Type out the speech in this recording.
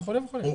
וכולי וכולי.